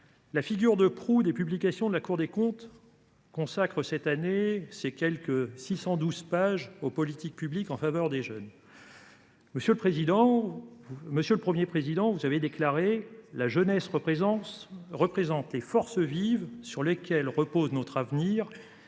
la figure de proue des publications de la Cour des comptes consacre cette année 612 pages au thème « Les politiques publiques en faveur des jeunes ». Monsieur le Premier président, vous avez déclaré que « la jeunesse représente les forces vives sur lesquelles repose notre avenir